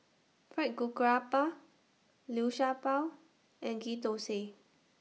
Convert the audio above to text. Fried Liu Sha Bao and Ghee Thosai